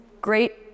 great